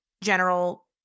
general